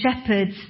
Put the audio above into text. shepherds